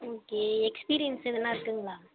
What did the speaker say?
okay experience எதனால் இருக்குதுங்களா